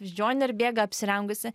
joyner bėga apsirengusi